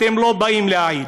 אתם לא באים להעיד.